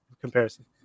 comparison